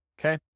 okay